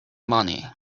money